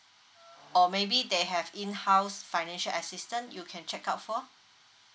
or maybe they have in house financial assistance you can check out for